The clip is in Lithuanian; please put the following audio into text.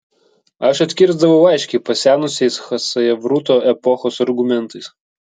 aš atkirsdavau aiškiai pasenusiais chasavjurto epochos argumentais